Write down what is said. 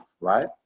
right